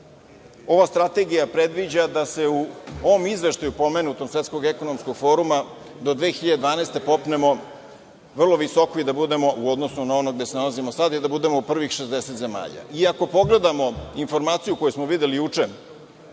ova strategija predviđa da se u ovom izveštaju, pomenutog Svetskog ekonomskog foruma, do 2012. godine popnemo vrlo visoko i da budemo u odnosu na ono gde se nalazimo sada i da budemo u prvih 60 zemalja. Ako pogledamo informaciju koju smo videli juče,